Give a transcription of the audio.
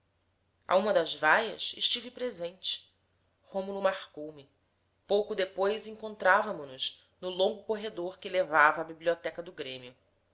a uma das vaias estive presente rômulo marcou me pouco depois encontrávamo nos no longo corredor que levava à biblioteca do grêmio